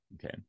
Okay